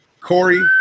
Corey